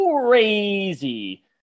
crazy